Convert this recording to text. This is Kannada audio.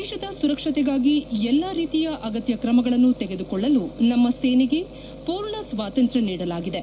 ದೇಶದ ಸುರಕ್ಷತೆಗಾಗಿ ಎಲ್ಲ ರೀತಿಯ ಅಗತ್ಯ ಕ್ರಮಗಳನ್ನು ತೆಗೆದುಕೊಳ್ಳಲು ನಮ್ಮ ಸೇನೆಗೆ ಪೂರ್ಣ ಸ್ವಾತಂತ್ರ್ಯ ನೀಡಲಾಗಿದೆ